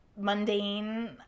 mundane